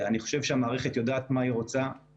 אני חושב שהמערכת יודעת מה היא רוצה.